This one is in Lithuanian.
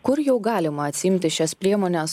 kur jau galima atsiimti šias priemones